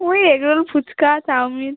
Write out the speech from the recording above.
ওই egg roll phuchka chowmein